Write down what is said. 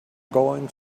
going